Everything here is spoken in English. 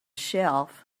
shelf